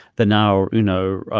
the now, you know,